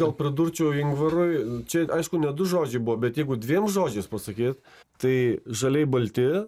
gal pridurčiau ingvarui čia aišku ne du žodžiai buvo bet jeigu dviem žodžiais pasakyt tai žaliai balti